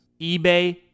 eBay